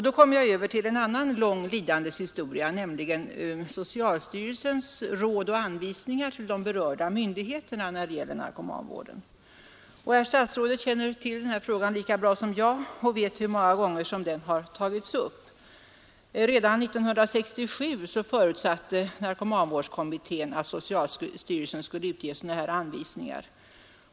Då kommer jag över till en annan lång lidandets historia, som har sin rot i socialstyrelsens råd och anvisningar till de berörda myndigheterna när det gäller narkomanvården. Herr statsrådet känner till denna fråga lika bra som jag och vet hur många gånger som den har tagits upp. Redan 1967 förutsatte narkomanvårdskommittén att socialstyrelsen skulle utge sådana anvisningar.